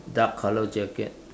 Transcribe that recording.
dark colour jacket